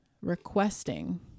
requesting